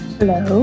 Hello